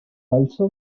also